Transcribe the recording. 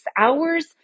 hours